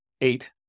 Eight